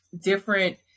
different